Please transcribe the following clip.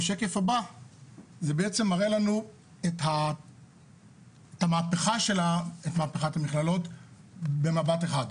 בשקף הבא זה בעצם מראה לנו את מהפכת המכללות במבט אחד.